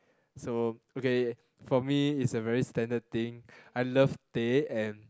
so okay for me is a very standard thing I love teh and